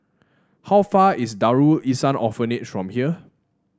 how far away is Darul Ihsan Orphanage from here